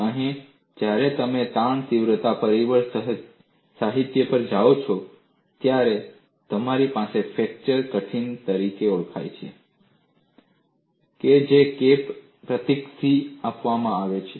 અને જ્યારે તમે તાણ તીવ્રતા પરિબળ સાહિત્ય પર જાઓ છો ત્યારે તમારી પાસે ફ્રેક્ચર કઠિનતા તરીકે ઓળખાય છે જેને K પ્રતીક C આપવામાં આવે છે